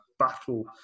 battle